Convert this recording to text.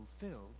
fulfilled